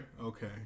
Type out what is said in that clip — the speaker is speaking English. Okay